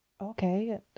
okay